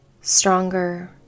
stronger